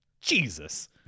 Jesus